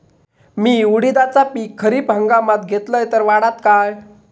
मी उडीदाचा पीक खरीप हंगामात घेतलय तर वाढात काय?